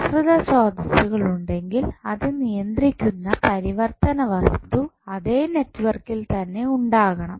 ആശ്രിത സ്രോതസ്സുകൾ ഉണ്ടെങ്കിൽ അത് നിയന്ത്രിക്കുന്ന പരിവർത്തന വസ്തു അതേ നെറ്റ്വർക്കിൽ തന്നെ ഉണ്ടാകണം